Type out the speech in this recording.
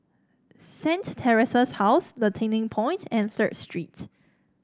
Saint Theresa's House The Turning Point and Third Street